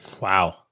Wow